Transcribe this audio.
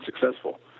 successful